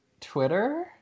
Twitter